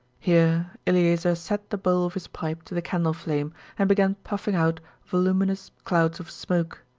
here eleazer set the bowl of his pipe to the candle flame and began puffing out voluminous clouds of smoke.